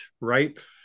right